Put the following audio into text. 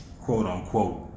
Quote-unquote